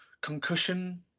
concussion